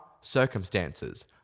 circumstances